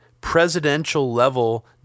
presidential-level